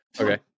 Okay